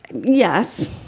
Yes